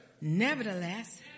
Nevertheless